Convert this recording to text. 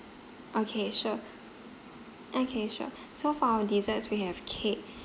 okay sure okay sure so for our desserts we have cake